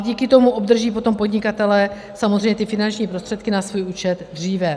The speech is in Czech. Díky tomu obdrží potom podnikatelé samozřejmě ty finanční prostředky na svůj účet dříve.